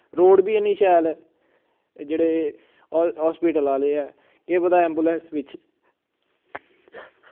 road बि हैनी शैल ते जेह्ड़े ह हास्पिटल आह्ले ऐ केह् पता एम्बुलैंस बिच्च